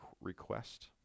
request